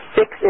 six